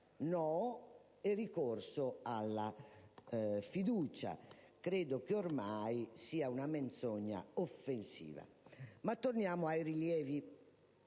no, e ricorso alla fiducia. Credo che ormai sia una menzogna offensiva. Tornando ai rilievi